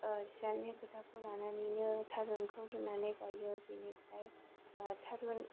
सियालनि खोथाखौ लानानैनो थारुनखौ रुनानै गायो बेनिफ्राय थारुन